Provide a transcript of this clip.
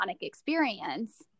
experience